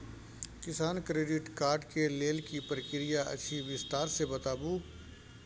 किसान credit card के लेल की प्रक्रिया अछि विस्तार से बताबू?